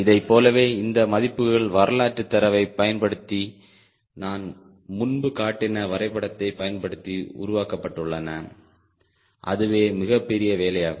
இதைப் போலவே இந்த மதிப்புகள் வரலாற்றுத் தரவைப் பயன்படுத்தி நான் முன்பு காட்டின வரைபடத்தை பயன்படுத்தி உருவாக்கப்பட்டுள்ளன அதுவே மிகப்பெரிய வேலையாகும்